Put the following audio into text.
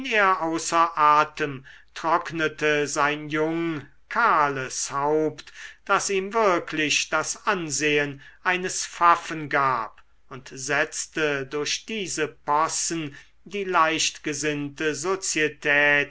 außer atem trocknete sein jung kahles haupt das ihm wirklich das ansehen eines pfaffen gab und setzte durch diese possen die leichtgesinnte sozietät